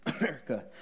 America